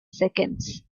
seconds